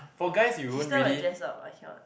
sister will dress up I cannot